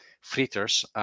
Fritters